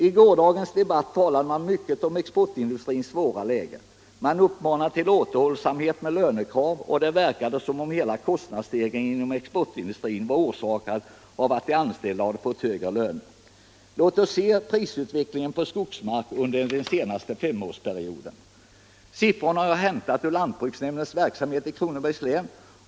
I gårdagens debatt talade man mycket om exportindustrins svåra läge, man uppmanade till återhållsamhet med lönekrav, och det verkade som om hela kostnadsstegringen inom exportindustrin var orsakad av att de anställda hade fått högre Iöner. Låt oss se på prisutvecklingen för skogsmark under den senaste femårsperioden. Siffrorna har jag hämtat från lantbruksnämndens verksamhet i Kronobergs län.